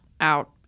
out